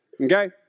Okay